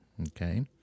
Okay